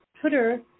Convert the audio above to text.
Twitter